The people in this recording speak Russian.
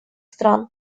стран